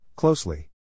Closely